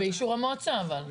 באישור המועצה אבל.